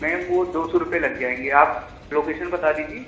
میم وہ دو سو روپئے لگ جائیں گے آپ لوکیشن بتا دیجیے